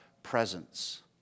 presence